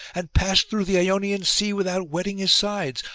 and passed through the ionian sea without wetting his sides.